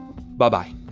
Bye-bye